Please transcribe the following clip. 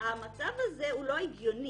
המצב הזה הוא לא הגיוני,